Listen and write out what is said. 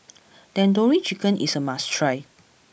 Tandoori Chicken is a must try